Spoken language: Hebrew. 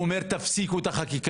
והוא אומר תפסיקו את החקיקה,